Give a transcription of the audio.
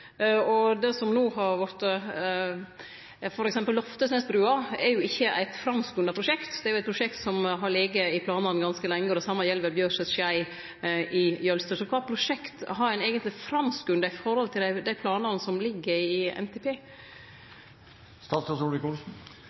Loftesnesbrua er ikkje eit framskunda prosjekt. Det er eit prosjekt som har lege i planane ganske lenge. Det same gjeld vel E39 Bjørset–Skei i Jølster. Kva prosjekt har ein eigentleg framskunda i forhold til dei planane som ligg i